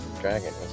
Dragon